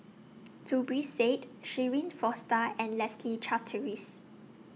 Zubir Said Shirin Fozdar and Leslie Charteris